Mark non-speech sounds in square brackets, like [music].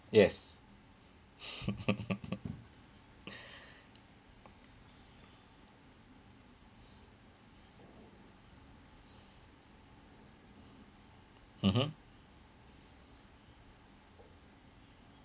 yes [laughs] [breath] mmhmm